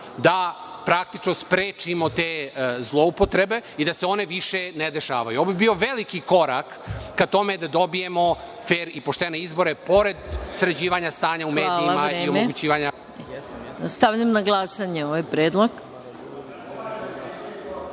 da praktično sprečimo te zloupotrebe i da se one više ne dešavaju. Ovo bi bio veliki korak ka tome da dobijemo fer i poštene izbore pored sređivanja stanja u medijima i omogućavanja… (Isključen mikrofon.) **Maja Gojković**